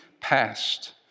past